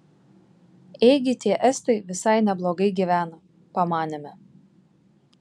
ėgi tie estai visai neblogai gyvena pamanėme